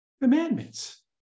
Commandments